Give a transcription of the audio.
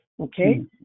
okay